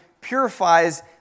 purifies